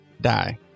die